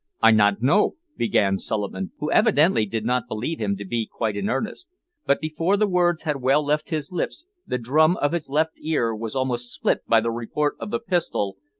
i not know, began suliman, who evidently did not believe him to be quite in earnest but before the words had well left his lips the drum of his left ear was almost split by the report of the pistol,